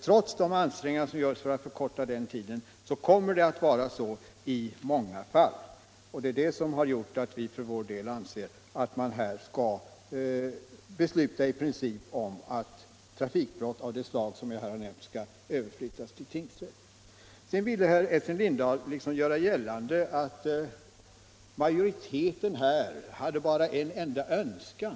Trots de ansträngningar som görs för att förkorta den tiden kommer det att vara så i många fall. Det är det därför som vi för vår del anser att man skall besluta i princip att trafikbrott av det slag som jag här har nämnt skall överflyttas till tingsrätt. Sedan ville herr Essen Lindahl göra gällande att majoriteten här hade bara en enda önskan.